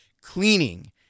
cleaning